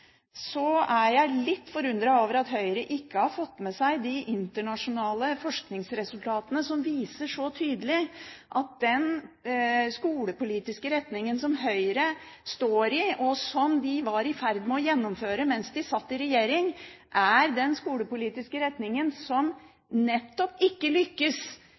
er jeg litt forundret over at Høyre ikke har fått med seg de internasjonale forskningsresultatene som så tydelig viser at den skolepolitiske retningen som Høyre står i, og som de var i ferd med å gjennomføre mens de satt i regjering, er den skolepolitiske retningen som nettopp ikke lykkes